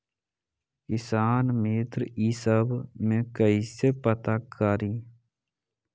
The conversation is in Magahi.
किसान मित्र ई सब मे कईसे पता करी?